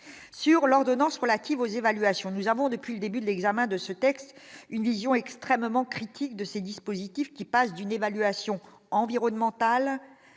sur l'ordonnance relative aux évaluations, nous avons depuis le début de l'examen de ce texte, une vision extrêmement critique de ces dispositifs, qui passe d'une évaluation environnementale